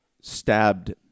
stabbed